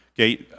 Okay